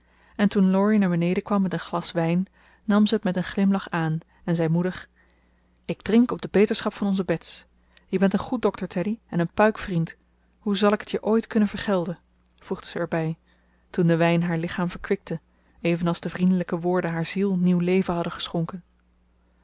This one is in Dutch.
en toen laurie naar beneden kwam met een glas wijn nam ze het met een glimlach aan en zei moedig ik drink op de beterschap van onze bets je bent een goed dokter teddy en een puik vriend hoe zal ik het je ooit kunnen vergelden voegde ze er bij toen de wijn haar lichaam verkwikte evenals de vriendelijke woorden haar ziel nieuw leven hadden geschonken